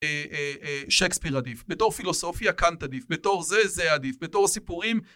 שייקספיר עדיף בתור פילוסופיה קאנט עדיף בתור זה זה עדיף בתור סיפורים